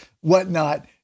whatnot